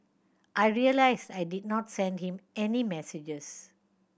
I realised I did not send him any messages